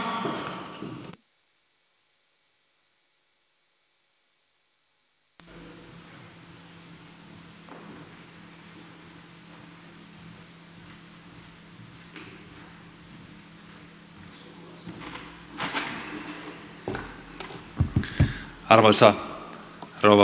arvoisa rouva puhemies